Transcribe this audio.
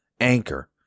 Anchor